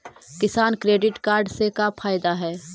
किसान credit card से का फायदा है?